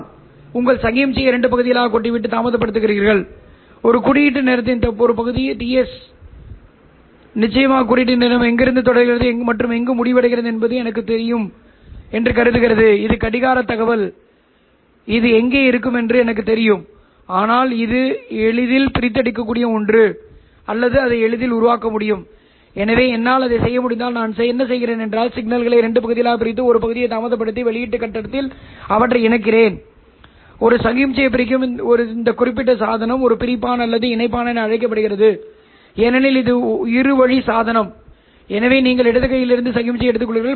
ஃபோட்டோடெக்டரின் வெளியீட்டை ஃபோட்டோகாரன்ட் இஃப் டி என நான் அழைத்தால் ph என்பது எங்கள் குறியீட்டில் ஒளிச்சேர்க்கையை குறிக்கிறது எனவே நான் ph R 12 | Es | 2 | ELO | 2 2R Es E ¿LO 1⁄2 ஏனெனில் புகைப்பட மின்னோட்டம் உள்வரும் சமிக்ஞையின் தீவிரத்திற்கு விகிதாசாரமாகும் எனவே ஒரு விகிதாசார மாறிலி R உள்ளது இது ஃபோட்டோடியோடின் மறுமொழி என அழைக்கப்படுகிறது இது மறுமொழி பொதுவாக ஒரு வாட்டிற்கு ஆம்பியர் அடிப்படையில் வழங்கப்படுகிறது